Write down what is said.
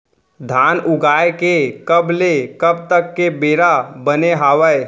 धान उगाए के कब ले कब तक के बेरा बने हावय?